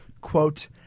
quote